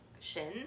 shin